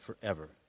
forever